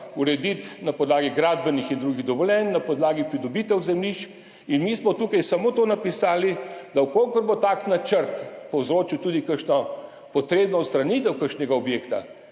urediti na podlagi gradbenih in drugih dovoljenj, na podlagi pridobitev zemljišč. In mi smo tukaj samo to napisali, da če bo tak načrt povzročil tudi kakšno potrebno odstranitev kakšnega objekta,